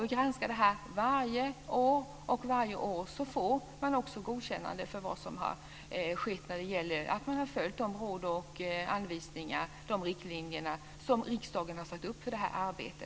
KU granskar detta varje år, och varje år får man också godkännande för vad som skett när det gäller att man har följt de råd och anvisningar, de riktlinjer, som riksdagen har satt upp för detta arbete.